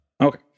Okay